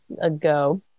ago